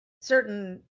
certain